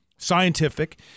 scientific